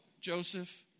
Joseph